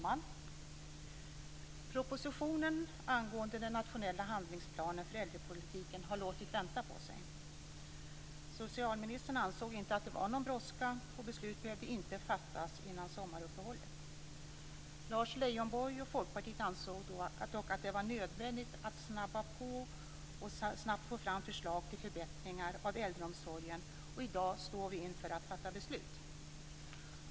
Fru talman! Propositionen angående den nationella handlingsplanen för äldrepolitiken har låtit vänta på sig. Socialministern ansåg inte att det var någon brådska, och beslut behövde inte fattas före sommaruppehållet. Lars Leijonborg och Folkpartiet ansåg dock att det var nödvändigt att snabbt få fram förslag till förbättringar av äldreomsorgen, och i dag står vi inför att fatta beslut.